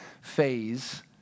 phase